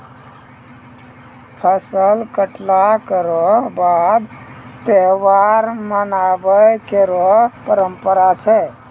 फसल कटला केरो बाद त्योहार मनाबय केरो परंपरा छै